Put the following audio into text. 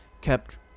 kept